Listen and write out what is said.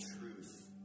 truth